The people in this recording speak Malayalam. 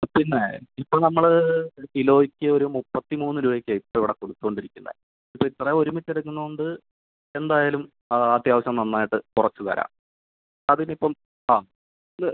പിന്നെ ഇപ്പോൾ നമ്മൾ കിലോയ്ക്ക് ഒരു മുപ്പത്തിമൂന്ന് രൂപ ഒക്കെയാണ് ഇപ്പോൾ ഇവിടെ കൊടുത്തുകൊണ്ട് ഇരിക്കുന്നത് ഇപ്പോൾ ഇത്രയും ഒരുമിച്ച് എടുക്കുന്നതുകൊണ്ട് എന്തായാലും ആ അത്യാവശ്യം നന്നായിട്ട് കുറച്ച് തരാം അതിന് ഇപ്പം ആ ഇത്